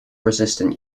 resistance